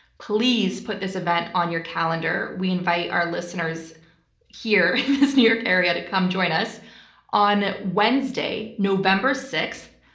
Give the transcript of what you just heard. please put this event on your calendar. we invite our listeners here in this new york area to come join us on wednesday, november sixth.